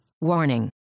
Warning